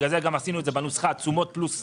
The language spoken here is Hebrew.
לכן גם עשינו את זה בנוסחה: תשומות פלוס שכר.